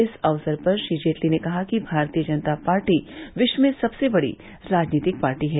इस अवसर पर श्री जेटली ने कहा कि भारतीय जनता पार्टी विश्व में सदसे बड़ी राजनीतिक पार्टी है